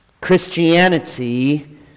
Christianity